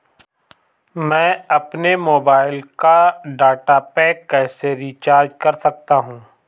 मैं अपने मोबाइल का डाटा पैक कैसे रीचार्ज कर सकता हूँ?